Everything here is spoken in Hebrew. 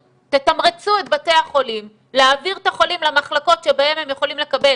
תתמרצו את בתי החולים להעביר את החולים למחלקות שבהן הם יכולים לקבל